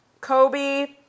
Kobe